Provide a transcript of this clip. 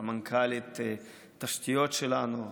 סמנכ"לית התשתיות שלנו,